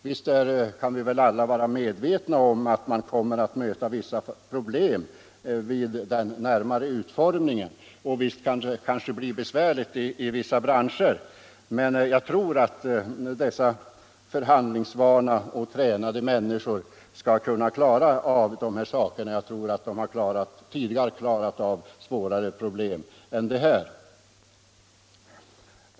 Visst kan vi väl alla vara medvetna om att man kommer att möta vissa problem vid den närmare utformningen, och visst kan det kanske bli besvärligt i vissa branscher. Men jag tror att dessa förhandlingsvana och på dessa områden tränade människor skall kunna klara av de här sakerna — de har säkerligen tidigare klarat av svårare problem.